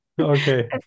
okay